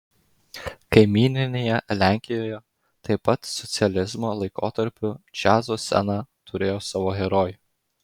kaimyninėje lenkijoje taip pat socializmo laikotarpiu džiazo scena turėjo savo herojų